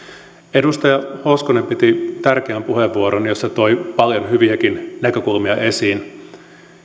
edustaja hoskonen piti tärkeän puheenvuoron jossa toi paljon hyviäkin näkökulmia esiin